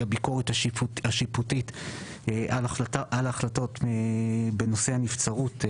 אי-הביקורת השיפוטית על החלטות בנושא הנבצרות.